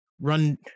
run